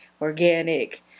organic